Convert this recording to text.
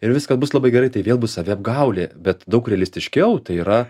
ir viskas bus labai gerai tai vėl bus saviapgaulė bet daug realistiškiau tai yra